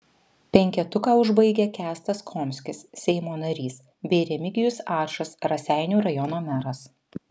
penketuką užbaigia kęstas komskis seimo narys bei remigijus ačas raseinių rajono meras